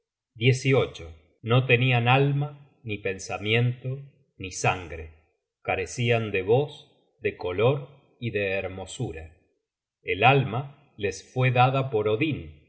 inteligencia no tenian alma ni pensamiento ni sangre carecian de voz de color y de hermosura el alma les fue dada por odin